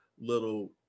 little